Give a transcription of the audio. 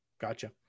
Gotcha